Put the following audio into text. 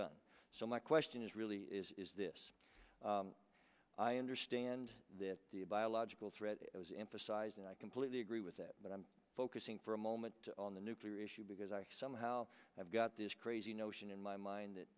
done so my question is really is this i understand that the biological threat was emphasized and i completely agree with it but i'm focusing for a moment on the nuclear issue because i somehow have got this crazy notion in my mind that